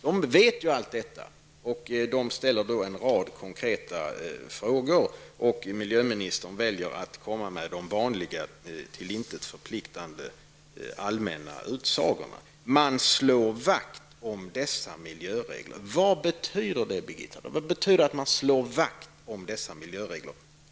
De vet allt detta, och de ställer en rad konkreta frågor. Men miljöministern väljer att komma med de vanliga till intet förpliktande och allmänna utsagorna. Man slår vakt om dessa miljöregler. Vad betyder det Birgitta Dahl? Vad betyder det att man slår vakt om dessa miljöregler?